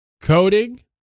coding